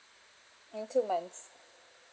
in two months